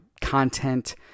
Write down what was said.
content